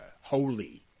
Holy